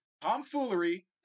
tomfoolery